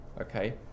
okay